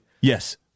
yes